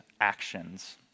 actions